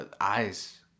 eyes